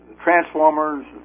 transformers